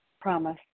promise